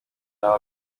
n’aba